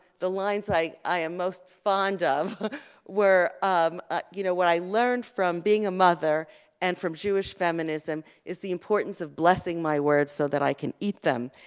the lines i i am most fond of were, um ah you know, what i learned from being a mother and from jewish feminism is the importance of blessing my words so that i can eat them.